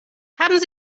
haben